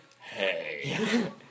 hey